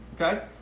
Okay